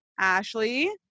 Ashley